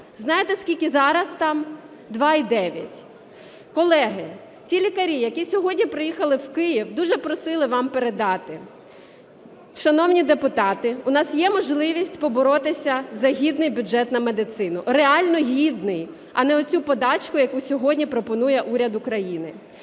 Знаєте, скільки зараз там? 2,9. Колеги, ті лікарі, які сьогодні приїхали в Київ, дуже просили вам передати. Шановні депутати, у нас є можливість поборотися за гідний бюджет на медицину, реально гідний, а не оцю подачку, яку сьогодні пропонує уряд України.